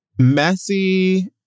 messy